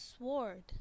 sword